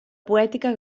poètica